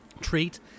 treat